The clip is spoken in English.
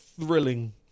thrilling